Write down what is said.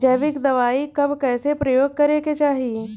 जैविक दवाई कब कैसे प्रयोग करे के चाही?